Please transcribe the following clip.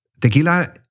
tequila